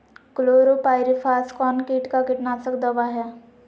Chlorpyrifos कौन किट का कीटनाशक दवा है?